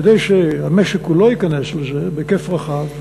כדי שהמשק כולו ייכנס לזה בהיקף רחב,